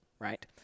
Right